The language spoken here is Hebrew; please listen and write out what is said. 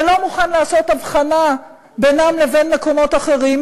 ולא מוכן לעשות הבחנה בינם לבין מקומות אחרים,